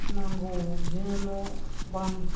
नांगौआव बिदिनो न' बां